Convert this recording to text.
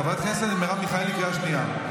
חברת הכנסת מרב מיכאלי, קריאה שנייה.